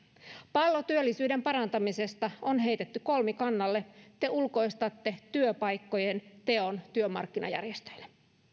pallo työllisyyden parantamisesta on heitetty kolmikannalle te ulkoistatte työpaikkojen teon työmarkkinajärjestöille